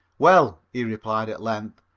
well, he replied at length,